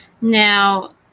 Now